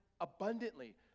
abundantly